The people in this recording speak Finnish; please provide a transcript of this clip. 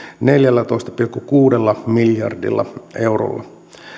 neljällätoista pilkku kuudella miljardilla eurolla